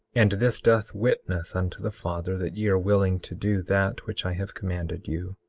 and this doth witness unto the father that ye are willing to do that which i have commanded you.